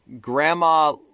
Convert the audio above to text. Grandma